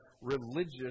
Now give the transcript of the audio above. religious